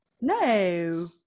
No